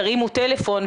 תרימו טלפון,